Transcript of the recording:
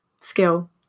skill